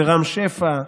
רם שפע,